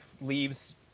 leaves